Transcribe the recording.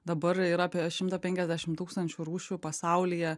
dabar yra apie šimtą penkiasdešim tūkstančių rūšių pasaulyje